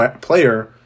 player